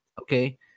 okay